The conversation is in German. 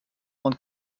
und